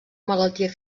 malaltia